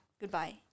goodbye